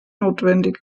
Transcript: notwendig